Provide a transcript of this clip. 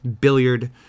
billiard